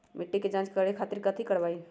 मिट्टी के जाँच करे खातिर कैथी करवाई?